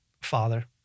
Father